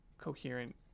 coherent